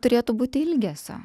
turėtų būti ilgesio